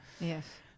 Yes